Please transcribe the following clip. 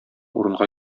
урынга